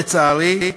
לצערי,